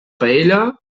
paella